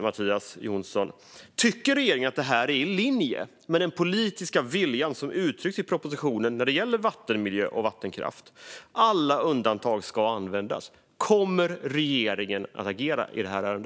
Tycker regeringen att detta är i linje med den politiska vilja som uttrycks i propositionen när det gäller vattenmiljö och vattenkraft? Alla undantag ska användas. Kommer regeringen att agera i detta ärende?